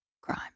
crime